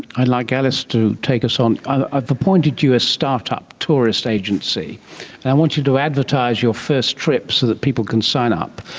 i'd like alice to take us on, i've appointed you a start-up tourist agency, and i want you to advertise your first trip so that people can sign up,